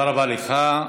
היית חייב,